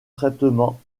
traitement